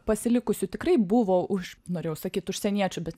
pasilikusių tikrai buvo už norėjau sakyt užsieniečių bet